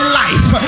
life